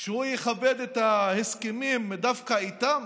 שהוא יכבד את ההסכמים דווקא איתם,